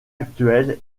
actuel